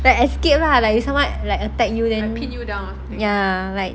like escape lah like if someone like attack you then ya like